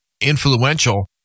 influential